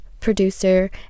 producer